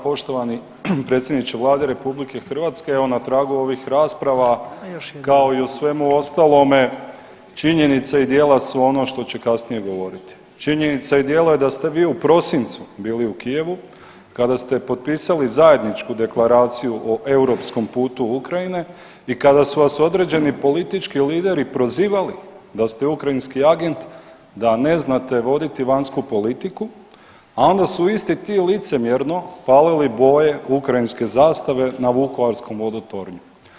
Poštovani predsjedniče Vlade RH, evo na tragu ovih rasprava, kao i u svemu ostalome činjenica i djela su ono što će kasnije govoriti, činjenica i djela da ste vi u prosincu bili u Kijevu kada ste potpisali zajedničku Deklaraciju o europskom putu Ukrajine i kada su vas određeni politički lideri prozivali da ste ukrajinski agent, da ne znate voditi vanjsku politiku, a onda su isti ti licemjerno palili boje ukrajinske zastave na vukovarskom vodotornju.